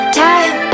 time